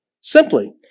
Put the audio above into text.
Simply